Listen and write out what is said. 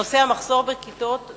לפי ממצאי הוועדה המשותפת למשרד החינוך